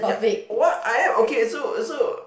yup what I am okay so so